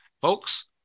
Folks